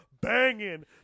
banging